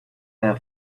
their